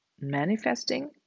manifesting